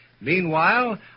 Meanwhile